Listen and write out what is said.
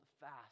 fast